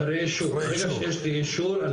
אחרי האישור,